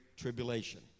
tribulation